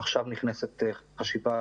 עכשיו נכנסת חשיבה